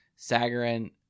Sagarin